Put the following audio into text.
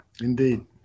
Indeed